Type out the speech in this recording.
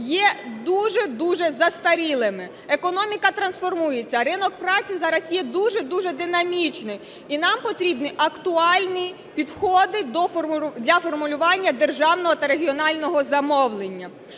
є дуже-дуже застарілими. Економіка трансформується. Ринок праці зараз є дуже-дуже динамічний. І нам потрібні актуальні підходи для формулювання державного та регіонального замовлення.